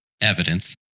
evidence